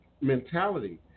mentality